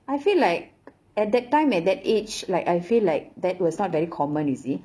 I feel like at that time at that age like I feel like that was not very common you see